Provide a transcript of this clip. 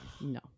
No